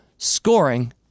Scoring